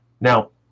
Now